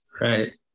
right